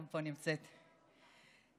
שגם נמצאת פה,